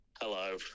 Hello